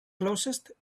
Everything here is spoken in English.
closest